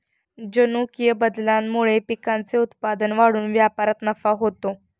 जनुकीय बदलामुळे पिकांचे उत्पादन वाढून व्यापारात नफा होतो